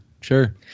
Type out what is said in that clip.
Sure